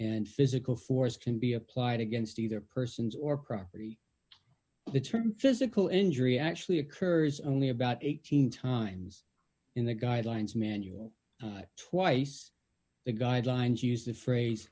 and physical force can be applied against either persons or property the term physical injury actually occurs only about eighteen times in the guidelines manual twice the guidelines used the phrase